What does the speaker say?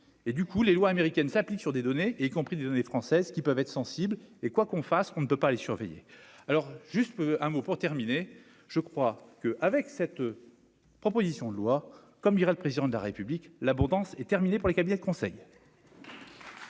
et du coup les lois américaines s'applique sur des données et y compris des données françaises qui peuvent être sensibles et quoi qu'on fasse, on ne peut pas les surveiller alors juste un mot pour terminer, je crois que, avec cette proposition de loi, comme dirait le président de la République, l'abondance est terminé pour les cabinets de conseil.